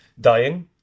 dying